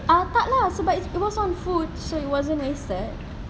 ah tak lah because it was on food so it wasn't wasted